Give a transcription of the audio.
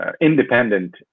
independent